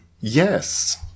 Yes